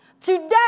Today